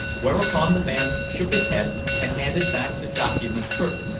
whereupon the man shook his head and handed back the document curtly,